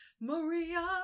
Maria